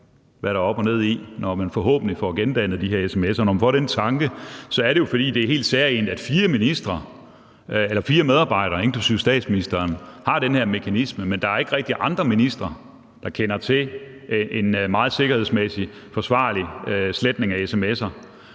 hvad der er op og ned i, når man forhåbentlig får gendannet de her sms'er – så er det jo, fordi det er helt særegent, at fire ministre eller fire medarbejdere, inklusive statsministeren, har den her mekanisme. Men der er ikke rigtig andre ministre, der kender til en meget sikkerhedsmæssig forsvarlig sletning af sms'er.